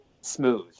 smooth